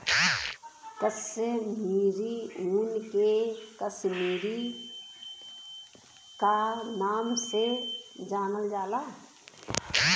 कसमीरी ऊन के कसमीरी क नाम से जानल जाला